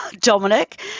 Dominic